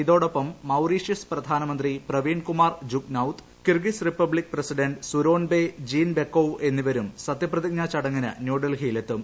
ഇതോടൊപ്പം മൌറീഷ്യസ് പ്രധാനമന്ത്രി Pravind Kumar Jugnauth Kyrgyz Republic president Sooronbay Jeenbekov എന്നിവരും സത്യപ്രതിജ്ഞാചടങ്ങിന് ന്യൂഡൽഹിയിലെത്തും